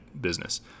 business